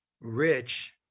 rich